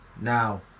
Now